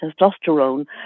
testosterone